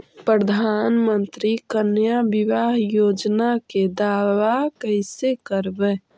प्रधानमंत्री कन्या बिबाह योजना के दाबा कैसे करबै?